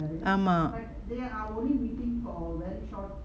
ஆமா:ama